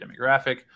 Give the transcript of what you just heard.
demographic